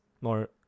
more